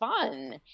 fun